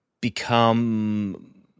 become